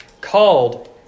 called